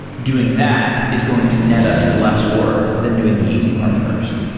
doing that is going to net us less work than doing the easy part first.